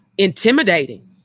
intimidating